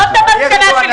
זאת המסקנה שלי.